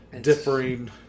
differing